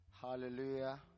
Hallelujah